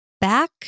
back